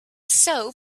soap